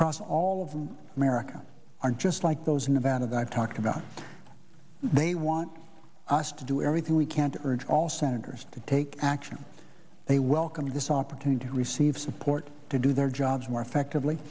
across all of them america are just like those in about it i talk about they want us to do everything we can to urge all senators to take action they welcome this opportunity to receive support to do their jobs more effectively